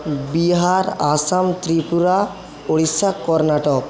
Bihar Assam Tripura Orissa Karnataka